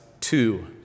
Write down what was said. two